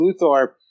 Luthor –